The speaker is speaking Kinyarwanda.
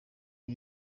ibi